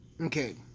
Okay